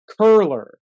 curler